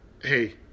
Hey